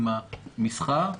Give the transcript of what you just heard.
עם המסחר,